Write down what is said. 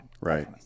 Right